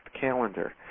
calendar